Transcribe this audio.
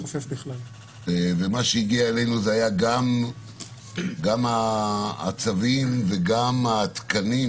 ומה שהגיע אלינו היו גם הצווים וגם התקנים,